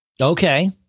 Okay